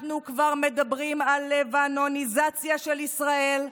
אנחנו כבר מדברים על לבנוניזציה של ישראל,